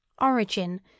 origin